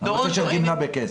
הנושא של גימלה בכסף.